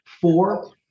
four